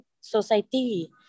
society